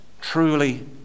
Truly